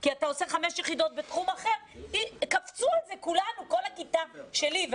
כי הוא ייבחן בחמש יחידות בתחום אחר כל הכיתה שלי קפצה על זה,